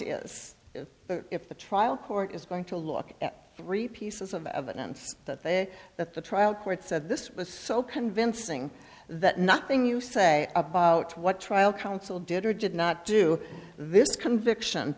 is if the trial court is going to look at three pieces of evidence that they that the trial court said this was so convincing that nothing you say about what trial counsel did or did not do this conviction